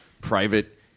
private